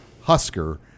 Husker